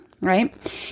Right